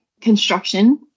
construction